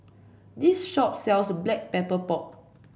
this shop sells Black Pepper Pork